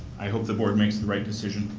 i hope the board makes the right decision.